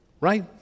Right